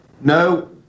No